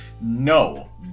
No